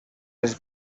les